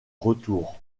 retour